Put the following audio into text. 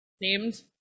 named